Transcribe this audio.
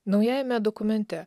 naujajame dokumente